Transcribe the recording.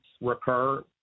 recur –